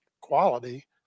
quality